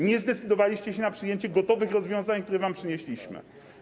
Nie zdecydowaliście się na przyjęcie gotowych rozwiązań, które wam przynieśliśmy.